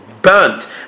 Burnt